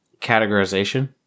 categorization